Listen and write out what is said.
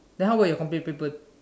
then how bout your compre paper